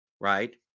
right